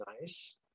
nice